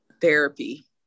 Therapy